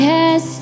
Yes